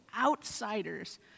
outsiders